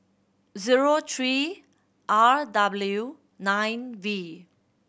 zero three R W nine V